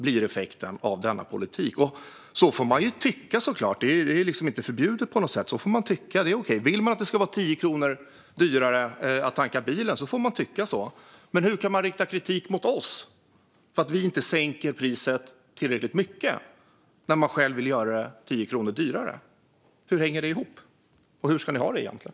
Så får man såklart tycka; det är ju inte förbjudet. Vill man att det ska vara 10 kronor dyrare att tanka bilen får man tycka så. Men hur kan man rikta kritik mot oss för att vi inte sänker priset tillräckligt mycket när man själv vill göra det 10 kronor dyrare? Hur hänger det ihop? Hur ska ni ha det egentligen?